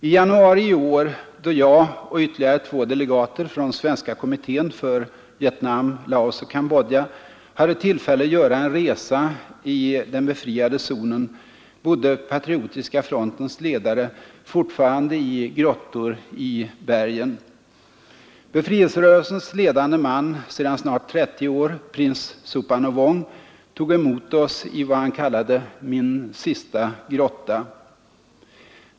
I januari i år, då jag och ytterligare två delegater från Svenska kommittén för Vietnam, Laos och Cambodja hade tillfälle att göra en resa i den befriade zonen, bodde patriotiska frontens ledare fortfarande i grottor i bergen. Befrielserörelsens ledande man sedan snart 30 år, prins Souphanouvong, tog emot oss i vad han kallade ”min sista grotta”.